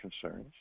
concerns